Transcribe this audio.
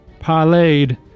parlayed